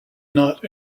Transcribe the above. not